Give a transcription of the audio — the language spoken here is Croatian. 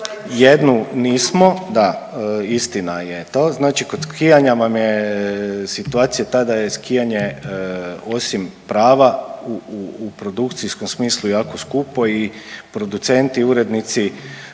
jednu nismo, da, istina je to. Znači kod skijanja vam je situacija ta da je skijanje osim prava u produkcijskom smislu jako skupo i producenti i urednici